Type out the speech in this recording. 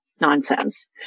nonsense